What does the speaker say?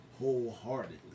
Wholeheartedly